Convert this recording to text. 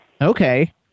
Okay